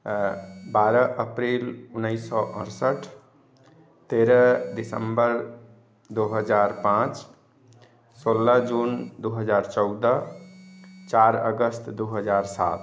बारह अप्रैल उनैस सए अड़सठ तेरह दिसम्बर दू हजार पांच सोलह जून दू हजार चौदह चार अगस्त दू हजार सात